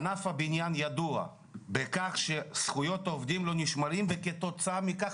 ענף הבניין ידוע בכך שזכויות העובדים לא נשמרים וכתוצאה מכך,